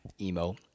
emo